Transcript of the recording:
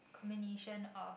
combination of